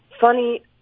Funny